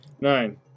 nine